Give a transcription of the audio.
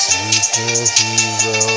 Superhero